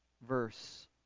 verse